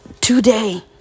today